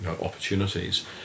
opportunities